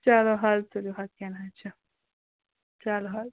چَلو حظ تُلِو حظ کیٚنٛہہ نہَ حظ چھُنہٕ چَلو حظ